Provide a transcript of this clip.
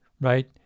right